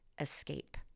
escape